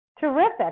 Terrific